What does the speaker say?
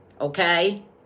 okay